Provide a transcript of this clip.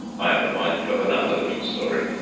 i am reminded of another little story.